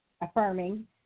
affirming